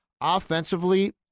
offensively